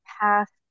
past